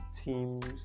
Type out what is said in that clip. teams